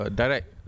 direct